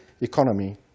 economy